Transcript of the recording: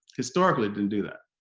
historically it didn't do that.